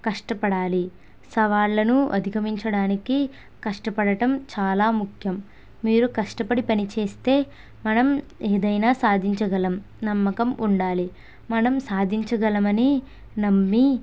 కష్టపడాలి సవాళ్లను అధిగమించడానికి కష్టపడటం చాలా ముఖ్యం మీరు కష్టపడి పనిచేస్తే మనం ఏదైనా సాధించగలం నమ్మకం ఉండాలి మనం సాధించగలమని నమ్మి